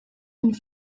and